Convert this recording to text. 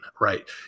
right